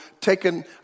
taken